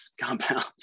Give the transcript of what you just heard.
compounds